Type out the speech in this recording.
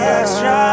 extra